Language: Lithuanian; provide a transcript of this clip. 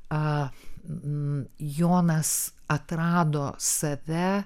a am jonas atrado save